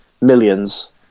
millions